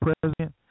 president